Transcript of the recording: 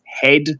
head